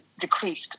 decreased